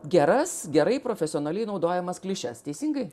geras gerai profesionaliai naudojamas klišes teisingai